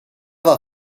war